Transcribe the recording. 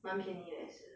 蛮便宜的也是